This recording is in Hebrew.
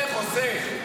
זה חוסך.